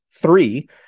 three